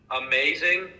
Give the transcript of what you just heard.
amazing